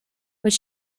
were